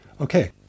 Okay